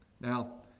Now